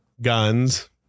guns